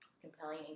compelling